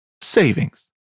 savings